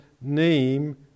name